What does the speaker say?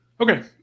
Okay